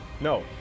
no